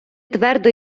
твердо